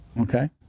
okay